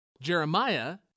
Jeremiah